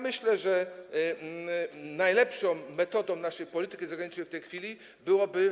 Myślę, że najlepszą metodą naszej polityki zagranicznej w tej chwili byłoby.